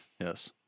yes